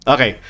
Okay